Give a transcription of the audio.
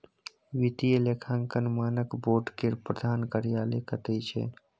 वित्तीय लेखांकन मानक बोर्ड केर प्रधान कार्यालय कतय छै